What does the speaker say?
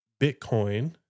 Bitcoin